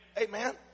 Amen